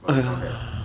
what's that